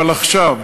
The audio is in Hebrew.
אבל עכשיו.